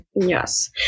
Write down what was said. yes